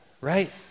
right